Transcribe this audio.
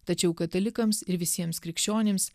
tačiau katalikams ir visiems krikščionims